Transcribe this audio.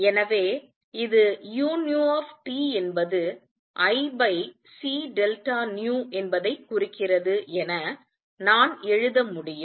எனவே இது uTஎன்பது Ic என்பதைக் குறிக்கிறது என நான் எழுத முடியும்